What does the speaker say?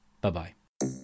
Bye-bye